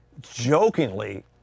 jokingly